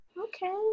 Okay